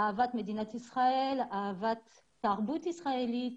אהבת מדינת ישראל, אהבת התרבות הישראלית